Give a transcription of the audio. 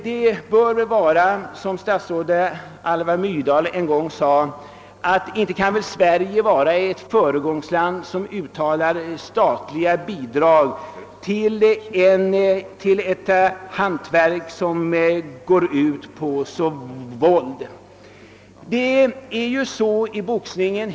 Jag är förvånad över att så inte skett redan tidigare. I Sverige avgör domaren enväldigt om en match skall avbrytas eller inte.